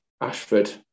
Ashford